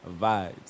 vibes